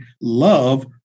love